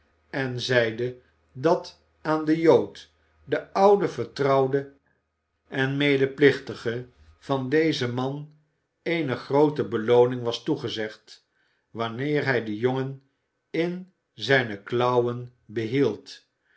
en zeide dat aan den jood den ouden vertrouwde en medeplichtige van dezen man eene groote belooning was toegezegd wanneer hij den jongen in zijne klauwen behield